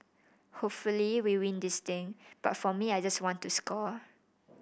hopefully we win this thing but for me I just want to score